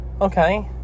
okay